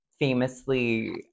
Famously